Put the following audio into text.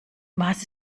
was